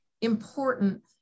important